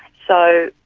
so